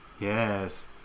Yes